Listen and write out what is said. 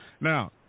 Now